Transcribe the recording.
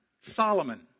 Solomon